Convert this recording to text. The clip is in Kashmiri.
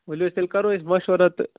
ؤلِو تیٚلہِ کَرو أسۍ مشورا تہٕ